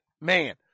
man